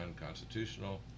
unconstitutional